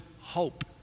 hope